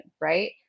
right